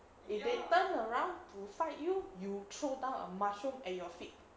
they turn around to fight you you throw down a mushroom at your feet